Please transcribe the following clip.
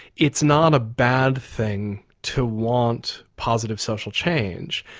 it's not a bad thing to want positive social change.